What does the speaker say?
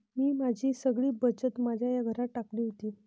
मी माझी सगळी बचत माझ्या या घरात टाकली होती